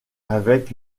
avec